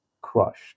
crushed